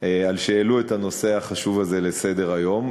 על שהעלו את הנושא החשוב הזה לסדר-היום.